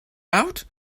out